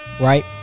Right